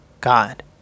God